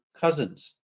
Cousins